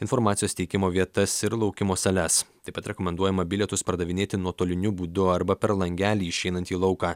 informacijos teikimo vietas ir laukimo sales taip pat rekomenduojama bilietus pardavinėti nuotoliniu būdu arba per langelį išeinantį į lauką